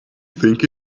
think